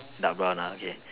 dark brown ah okay